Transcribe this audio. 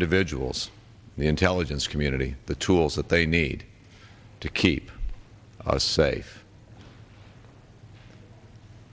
individuals the intelligence community the tools that they need to keep us safe